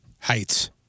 Heights